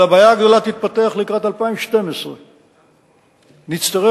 אלא הבעיה הגדולה תתפתח לקראת 2012. נצטרך